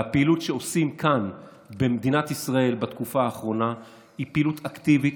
הפעילות שעושים כאן במדינת ישראל בתקופה האחרונה היא פעילות אקטיבית,